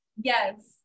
Yes